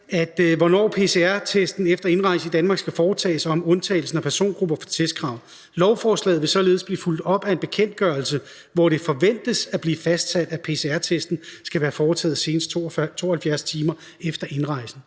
»hvornår PCRtesten efter indrejse i Danmark skal foretages og om undtagelse af persongrupper fra testkravet. Lovforslaget vil således blive fulgt op af en bekendtgørelse, hvor det forventes at blive fastsat, at PCR-testen skal være foretaget senest 72 timer efter indrejsetesten.«